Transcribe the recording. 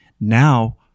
Now